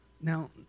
Now